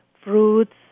fruits